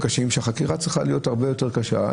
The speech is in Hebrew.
החקירה צריכה להיות הרבה יותר קשה.